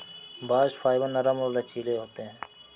bast fibre नरम और लचीले होते हैं